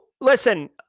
listen